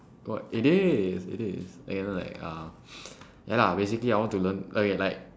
it is it is you know like uh ya lah basically I want to learn okay like